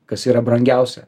kas yra brangiausia